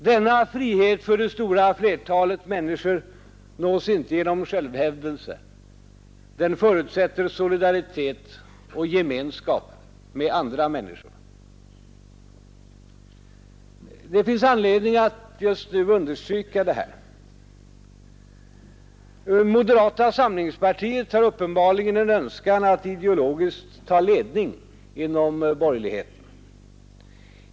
Denna frihet för det stora flertalet människor nås inte genom självhävdelse. Den förutsätter solidaritet och gemenskap med andra människor. Det finns anledning att just nu understryka detta. Moderata samlingspartiet har uppenbarligen en önskan att ideologiskt ta ledning inom borgerligheten.